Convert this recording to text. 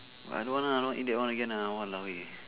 I don't want lah don't eat that one again !walao! eh